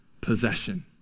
possession